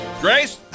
Grace